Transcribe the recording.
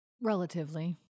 Relatively